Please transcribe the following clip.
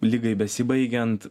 ligai besibaigiant